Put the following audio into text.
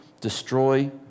destroy